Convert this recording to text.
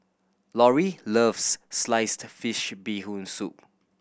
Lorri loves sliced fish Bee Hoon Soup